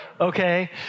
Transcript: Okay